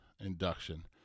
induction